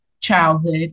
childhood